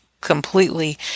completely